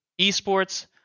esports